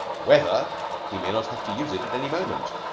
whether he may not have to use it at any moment?